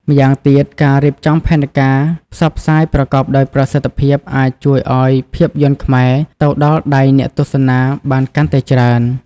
ម្យ៉ាងទៀតការរៀបចំផែនការផ្សព្វផ្សាយប្រកបដោយប្រសិទ្ធភាពអាចជួយឲ្យភាពយន្តខ្មែរទៅដល់ដៃអ្នកទស្សនាបានកាន់តែច្រើន។